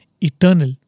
eternal